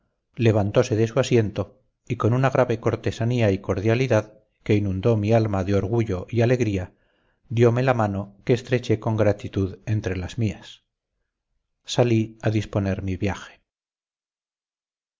levantose de su asiento y con una grave cortesanía y cordialidad que inundó mi alma de orgullo y alegría diome la mano que estreché con gratitud entre las mías salí a disponer mi viaje